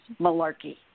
malarkey